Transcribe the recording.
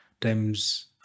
times